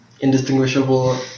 Indistinguishable